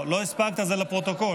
התשפ"ג 2023,